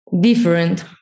different